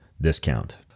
discount